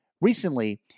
Recently